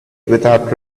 without